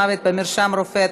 מוות במרשם רופא),